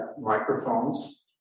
microphones